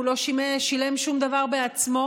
הוא לא שילם שום דבר בעצמו,